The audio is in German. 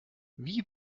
wie